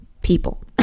people